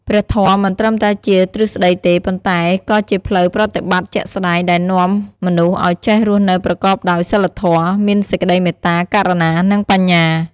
ព្រះធម៌មិនត្រឹមតែជាទ្រឹស្តីទេ ប៉ុន្តែក៏ជាផ្លូវប្រតិបត្តិជាក់ស្តែងដែលណែនាំមនុស្សឱ្យចេះរស់នៅប្រកបដោយសីលធម៌ មានសេចក្តីមេត្តា ករុណា និងបញ្ញា។